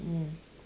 mm